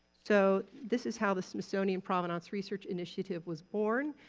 so this is how the smithsonian provenance research initiative was born.